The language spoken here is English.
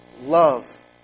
love